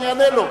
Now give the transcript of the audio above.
אני אענה לו.